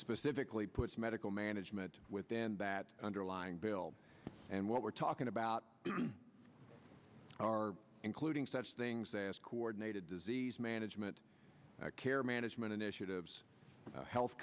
specifically puts medical management within that underlying bill and what we're talking about are including such things as coordinated disease management care management initiatives health